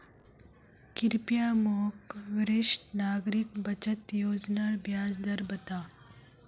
कृप्या मोक वरिष्ठ नागरिक बचत योज्नार ब्याज दर बता